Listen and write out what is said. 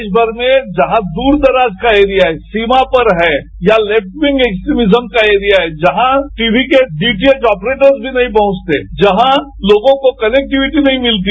देरामर में जहां दूर दराज का एरिया है सीमा पर है या लेफ्टविंग एक्सविजम का एरिया है जहां टीवी के डीटीएच ऑफरेटरस भी नहीं पहंचते जहां लोगों को कनेक्टिविटी नहीं मिलती